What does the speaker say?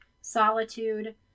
solitude